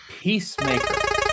Peacemaker